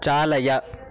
चालय